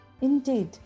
indeed